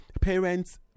parents